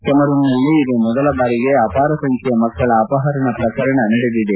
ಕೆಮರೂನ್ನಲ್ಲಿ ಇದೇ ಮೊದಲ ಬಾರಿಗೆ ಅಪಾರ ಸಂಖ್ಯೆಯ ಮಕ್ಕಳ ಅಪಹರಣ ಪ್ರಕರಣ ನಡೆದಿದೆ